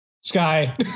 Sky